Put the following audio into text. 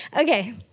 Okay